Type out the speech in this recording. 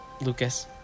Lucas